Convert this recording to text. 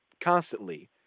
constantly